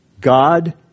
God